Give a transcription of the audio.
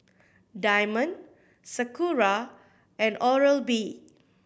Diamond Sakura and Oral B